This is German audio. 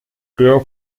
der